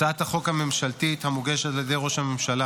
הצעת החוק הממשלתית המוגשת על ידי ראש הממשלה